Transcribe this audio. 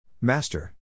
Master